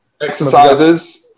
Exercises